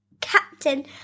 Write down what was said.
Captain